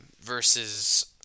versus